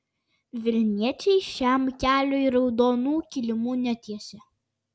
vilniečiai šiam keliui raudonų kilimų netiesė